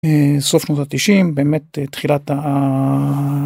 ‫סוף שנות ה-90, באמת תחילת ה...